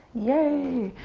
yay.